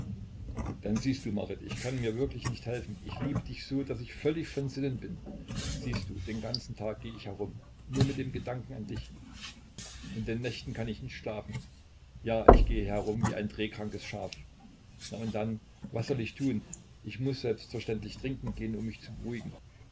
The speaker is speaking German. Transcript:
denn siehst du marit ich kann mir wirklich nicht helfen ich liebe dich so daß ich völlig von sinnen bin siehst du den ganzen tag geh ich herum nur mit dem gedanken an dich in den nächten kann ich nicht schlafen ja ich gehe herum wie ein drehkrankes schaf na und dann was soll ich tun ich muß selbstverständlich trinken gehen um mich zu beruhigen